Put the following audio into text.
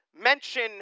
mention